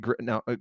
now